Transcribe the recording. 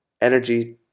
energy